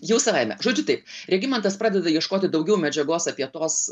jau savaime žodžiu taip regimantas pradeda ieškoti daugiau medžiagos apie tos